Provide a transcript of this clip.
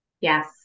Yes